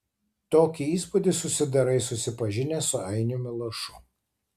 tokį įspūdį susidarai susipažinęs su ainiumi lašu